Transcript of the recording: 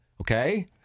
Okay